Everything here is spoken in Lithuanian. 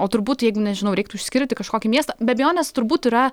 o turbūt jeigu nežinau reiktų išskirti kažkokį miestą be abejonės turbūt yra